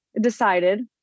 decided